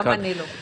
גם אני לא.